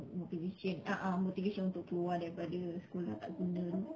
motivation a'ah motivation untuk keluar daripada sekolah tak guna tu